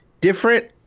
different